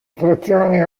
frazione